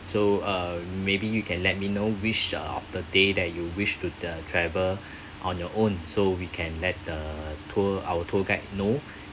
so uh maybe you can let me know which uh of the day that you wish to the travel on your own so we can let the tour our tour guide know